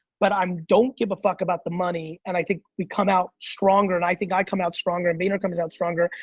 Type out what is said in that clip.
but i um don't give a fuck about the money, and i think we come out stronger, and i think i come out stronger, and vayner comes out stronger,